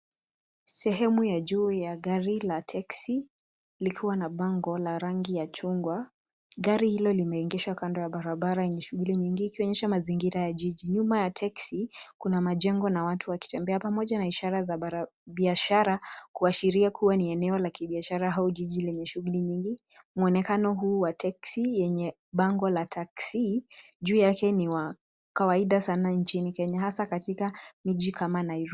Sehemu ya juu ya gari la teksi, likiwa na bango la rangi ya chungwa. Gari hilo limeengishwa kando ya barabara yenye shughuli nyingi ikionyesha mazingira ya jiji. Nyuma ya teksi, kuna majengo na watu wakitembea pamoja na ishara za biashara, kuashiria kuwa ni eneo la kibiashara au jiji lenye shughuli nyingi. Mwonekano huu wa teksi yenye bango la Taxi juu yake ni wa kawaida sana nchini Kenya hasa katika miji kama Nairobi.